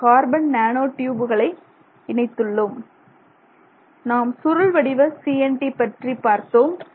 அதில் carbon nano ட்யூபுகளை இணைத்துள்ளோம் நாம் சுருள் வடிவ CNT பற்றி பார்த்தோம்